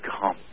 come